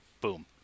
Boom